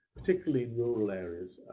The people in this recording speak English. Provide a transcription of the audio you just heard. particularly in rural areas.